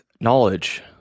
knowledge